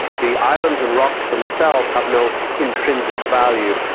the islands and rocks themselves have no intrinsic value.